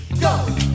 Go